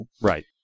right